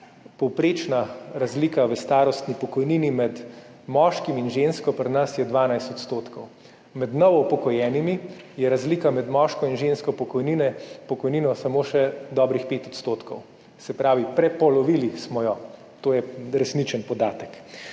Povprečna razlika v starostni pokojnini med moškim in žensko pri nas je 12 %. Med novo upokojenimi je razlika med moško in žensko pokojnino samo še dobrih 5 %. Se pravi, prepolovili smo jo, to je resničen podatek.